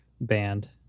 band